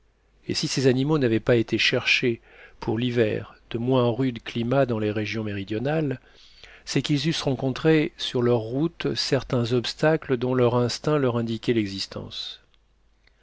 et si ces animaux n'avaient pas été chercher pour l'hiver de moins rudes climats dans les régions méridionales c'est qu'ils eussent rencontré sur leur route certains obstacles dont leur instinct leur indiquait l'existence